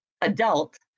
adult